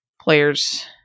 players